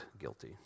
guilty